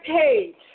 page